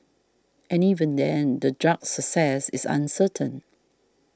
and even then the drug's success is uncertain